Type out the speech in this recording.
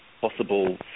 possible